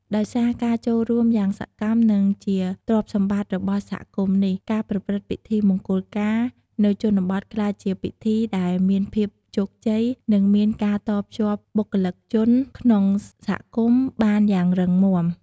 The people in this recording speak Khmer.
ដោយសារការចូលរួមយ៉ាងសកម្ម និងជាទ្រព្យសម្បត្តិរបស់សហគមន៍នេះ ការប្រព្រឹត្តិពិធីមង្គលការនៅជនបទក្លាយជាពិធីដែលមានភាពជោគជ័យ និងមានការតភ្ជាប់បុគ្គលិកជនក្នុងសហគមន៍បានយ៉ាងរឹងមាំ។